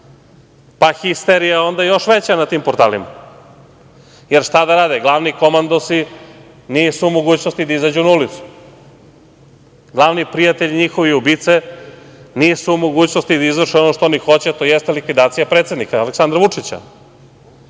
je histerija onda još veća na tim portalima, jer šta da rade, glavni komandosi nisu u mogućnosti da izađu na ulicu. Glavni prijatelji njihovi ubice nisu u mogućnosti da izvrše ono što oni hoće, a to jeste likvidacija predsednika Aleksandra Vučića. Dok